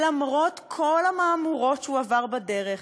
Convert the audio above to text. למרות כל המהמורות שהוא עבר בדרך,